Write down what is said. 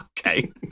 Okay